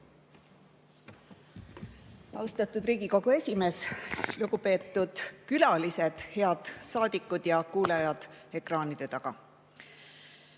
Austatud Riigikogu esimees! Lugupeetud külalised! Head saadikud ja kuulajad ekraanide taga!